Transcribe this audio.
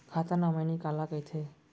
खाता नॉमिनी काला कइथे?